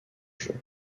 jeux